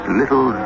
little